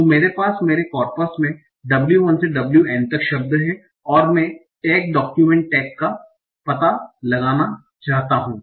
तो मेरे पास मेरे कॉर्पस मे w 1 से w n तक शब्द हैं और मैं टैग डॉक्युमेंट् टैग का पता लगाना चाहता हूं